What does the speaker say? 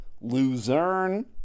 Luzerne